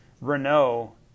Renault